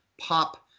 pop